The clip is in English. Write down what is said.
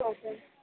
okay